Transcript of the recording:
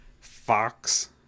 fox